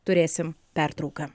turėsim pertrauką